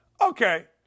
Okay